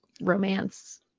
romance